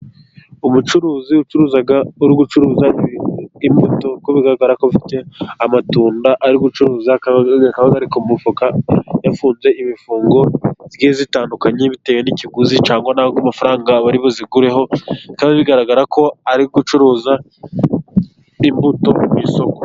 Umucuruzi ucuruza uri gucuruza imbut, bigaragara ko afite amatunda ari gucuruza ariko mufuka yafunze ibifungo bye bitandukanye bitewe n'ikiguzi cyangwa n' amafaranga bari buzigureho, kandi bigaragara ko ari gucuruza imbuto ku'isoko.